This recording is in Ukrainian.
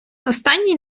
останній